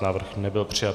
Návrh nebyl přijat.